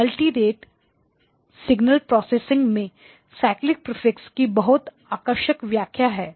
multi rate signal processing में cyclic prefix की बहुत आकर्षक व्याख्या है